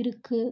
இருக்குது